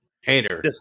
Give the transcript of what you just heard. hater